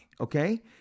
okay